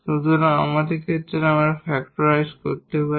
সুতরাং এখানেও আমরা ফ্যাক্টরাইজ করতে পারি